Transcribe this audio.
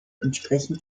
entsprechend